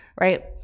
right